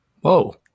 Whoa